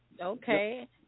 Okay